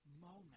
moment